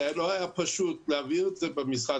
זה לא היה פשוט להעביר את זה במשרד.